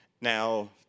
Now